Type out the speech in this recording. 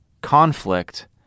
conflict